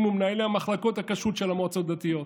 ומנהלי מחלקות הכשרות של המועצות הדתיות.